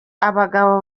abagabo